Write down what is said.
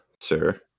sir